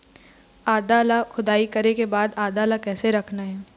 आदा ला खोदाई करे के बाद आदा ला कैसे रखना हे?